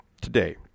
today